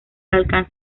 alcance